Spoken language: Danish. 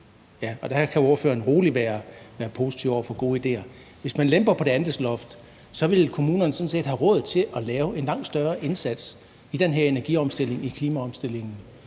– og der kan ordføreren roligt være positiv over for gode idéer – vil kommunerne sådan set have råd til at lave en langt større indsats i den her energiomstilling i klimaomstillingen.